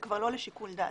זה כבר לא לשיקול דעתה.